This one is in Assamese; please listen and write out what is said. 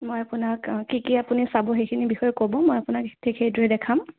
মই আপোনাক কি কি আপুনি চাব সেইখিনি বিষয়ে ক'ব মই আপোনাক ঠিক সেইদৰে দেখাম